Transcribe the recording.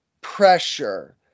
pressure